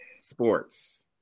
sports